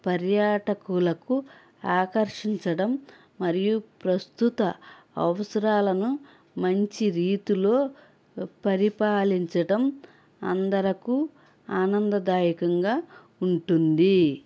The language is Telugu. పర్యాటకులకు ఆకర్షించడం మరియు ప్రస్తుత అవసరాలను మంచి రీతిలో పరిపాలించడం అందరకు ఆనందదాయకంగా ఉంటుంది